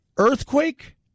earthquake